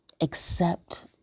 accept